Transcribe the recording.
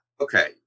Okay